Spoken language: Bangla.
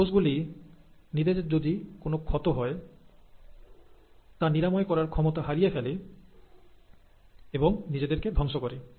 এই কোষগুলি নিজেদের যদি কোন ক্ষত হয় তা নিরাময় করার ক্ষমতা হারিয়ে ফেলে এবং নিজেদেরকে ধ্বংস করে